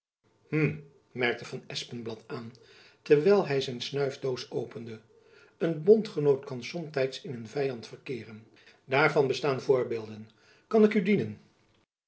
hm merkte van espenblad aan terwijl hyzijn snuifdoos opende een bondgenoot kan somtijds in een vyand verkeeren daar bestaan voorbeelden van kan ik u dienen